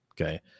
okay